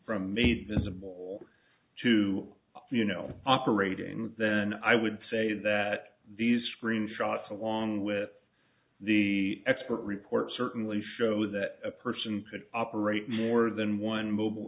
from a visible to you know operating then i would say that these screenshots along with the expert report certainly show that a person could operate more than one mobile